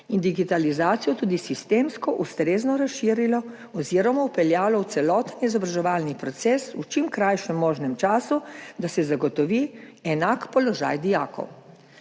in digitalizacijo tudi sistemsko ustrezno razširilo oziroma vpeljalo v celoten izobraževalni proces v čim krajšem možnem času, da se zagotovi enak položaj dijakov.